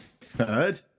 third